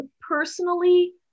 Personally